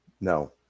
No